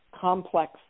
complex